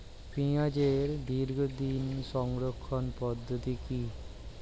পেঁয়াজের দীর্ঘদিন সংরক্ষণ পদ্ধতি কি?